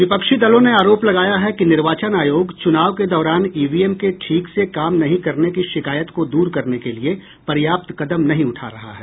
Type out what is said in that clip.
विपक्षी दलों ने आरोप लगाया है कि निर्वाचन आयोग चुनाव के दौरान ईवीएम के ठीक से काम नहीं करने की शिकायत को दूर करने के लिए पर्याप्त कदम नही उठा रहा है